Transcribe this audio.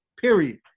period